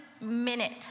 minute